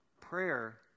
Prayer